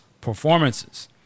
performances